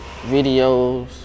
Videos